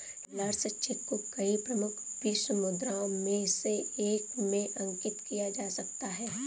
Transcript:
travellers cheque को कई प्रमुख विश्व मुद्राओं में से एक में अंकित किया जा सकता है